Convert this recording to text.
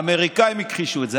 האמריקאים הכחישו את זה.